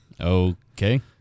Okay